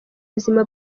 buzima